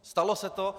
Stalo se to.